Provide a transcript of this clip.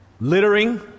Littering